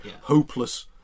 hopeless